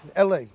LA